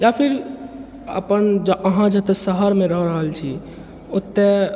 या फिर अपन अहाँ जतऽ शहरमे रहि रहल छी ओतऽ